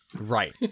right